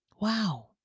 Wow